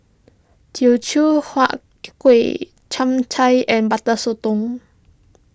Teochew Huat Kueh Chap Chai and Butter Sotong